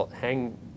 hang